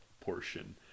portion